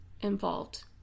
involved